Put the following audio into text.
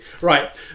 Right